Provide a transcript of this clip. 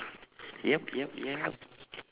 yup yup yup